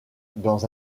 dans